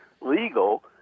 Legal